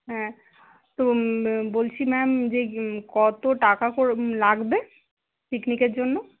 হ্যাঁ তো বলছি ম্যাম যে কত টাকা করে লাগবে পিকনিকের জন্য